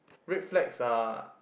red flags are